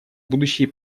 будущие